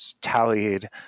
tallied